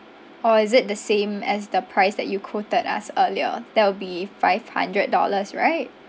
or is it the same as the price that you quoted us earlier that will be five hundred dollars right